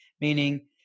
meaning